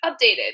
updated